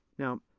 now,